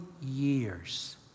years